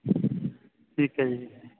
ਠੀਕ ਹੈ ਜੀ